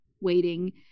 waiting